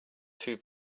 too